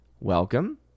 Welcome